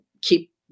keep